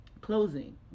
closing